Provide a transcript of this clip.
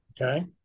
okay